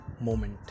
moment